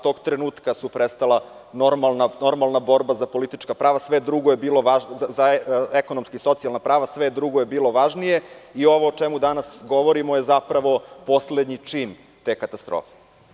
Tog trenutka je prestala normalna borba za politička prava, ekonomsko-socijalna prava, sve drugo je bilo važnije i ovo o čemu danas govorimo je zapravo poslednji čin te katastrofe.